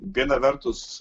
viena vertus